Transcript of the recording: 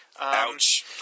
Ouch